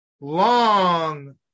long